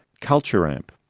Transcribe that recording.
cultureamp,